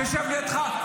שיושב לידך,